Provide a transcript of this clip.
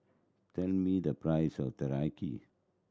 tell me the price of Teriyaki